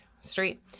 street